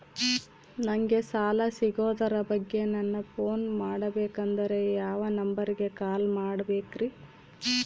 ನಂಗೆ ಸಾಲ ಸಿಗೋದರ ಬಗ್ಗೆ ನನ್ನ ಪೋನ್ ಮಾಡಬೇಕಂದರೆ ಯಾವ ನಂಬರಿಗೆ ಕಾಲ್ ಮಾಡಬೇಕ್ರಿ?